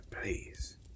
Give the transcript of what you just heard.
please